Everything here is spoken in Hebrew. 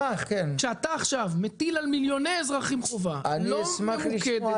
כשאתה עכשיו מטיל על מיליוני אזרחים חובה לא ממוקדת,